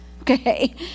okay